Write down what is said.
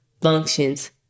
functions